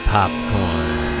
Popcorn